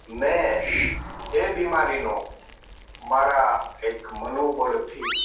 મેં એ બીમારીનો મારા એક મનોબળથી